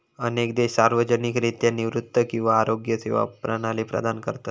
अनेक देश सार्वजनिकरित्या निवृत्ती किंवा आरोग्य सेवा प्रणाली प्रदान करतत